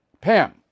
Pam